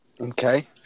okay